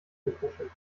gekuschelt